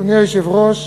אדוני היושב-ראש,